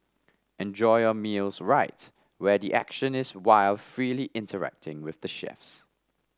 enjoy your meals rights where the action is while freely interacting with the chefs